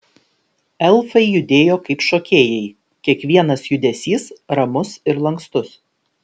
elfai judėjo kaip šokėjai kiekvienas judesys ramus ir lankstus